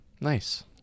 Nice